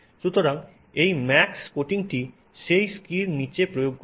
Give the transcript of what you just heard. সুতরাং এই ম্যাক্স কোটিংটি সেই স্কির নীচে প্রয়োগ করা হয়